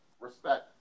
Respect